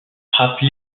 frappe